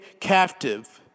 captive